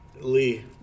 Lee